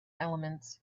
elements